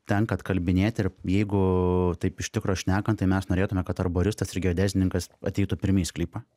tenka atkalbinėti ir jeigu taip iš tikro šnekant tai mes norėtume kad arboristas ir geodezininkas ateitų pirmi į sklypą